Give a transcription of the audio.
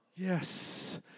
yes